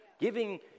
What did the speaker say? Giving